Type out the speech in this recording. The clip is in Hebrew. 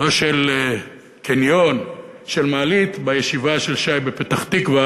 לא של קניון, של מעלית בישיבה של שי בפתח-תקווה,